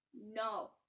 No